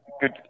good